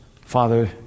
Father